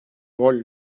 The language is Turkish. rol